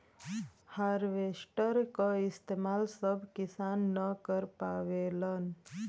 harvester क इस्तेमाल सब किसान न कर पावेलन